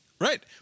Right